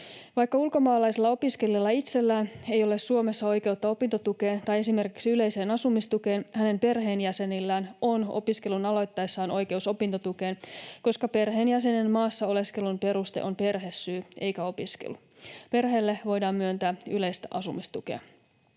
Vaikka ulkomaalaisella opiskelijalla itsellään ei ole Suomessa oikeutta opintotukeen tai esimerkiksi yleiseen asumistukeen, hänen perheenjäsenillään on opiskelun aloittaessaan oikeus opintotukeen, koska perheenjäsenen maassa oleskelun peruste on perhesyy eikä opiskelu. Perheelle voidaan myöntää yleistä asumistukea.